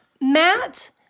Matt